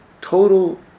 total